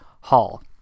Hall